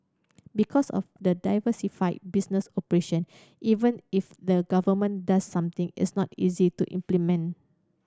because of the diversified business operation even if the Government does something it's not easy to implement